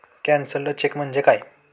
Cancelled cheque म्हणजे काय?